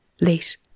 Late